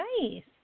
nice